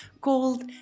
called